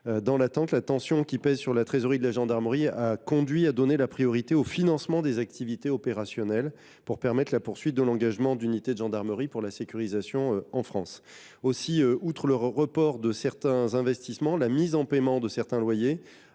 Dans l’attente, la tension qui pèse sur la trésorerie de la gendarmerie a conduit à donner la priorité au financement des activités opérationnelles, pour permettre la poursuite de l’engagement des unités de gendarmerie au service de la sécurisation du territoire national. Aussi, outre le report de certains investissements, la mise en paiement de certains loyers